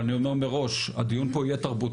אבל אני אומר מראש, הדיון פה יהיה תרבותי.